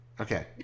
Okay